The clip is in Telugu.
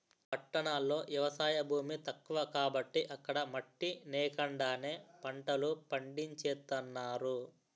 పట్టణాల్లో ఎవసాయ భూమి తక్కువ కాబట్టి అక్కడ మట్టి నేకండానే పంటలు పండించేత్తన్నారు